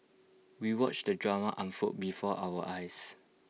we watched the drama unfold before our eyes